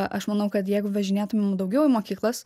aš manau kad jeigu važinėtumėm daugiau į mokyklas